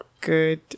good